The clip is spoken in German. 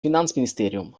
finanzministerium